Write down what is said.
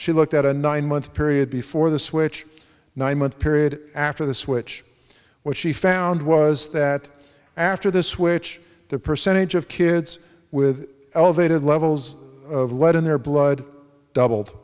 she looked at a nine month period before the switch nine month period after the switch what she found was that after the switch the percentage of kids with elevated levels of lead in their blood doubled